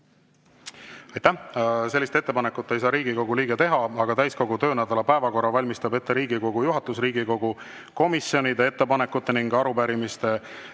Aitäh! Sellist ettepanekut ei saa Riigikogu liige teha. Täiskogu töönädala päevakorra valmistab ette Riigikogu juhatus Riigikogu komisjonide ettepanekute ning arupärimistele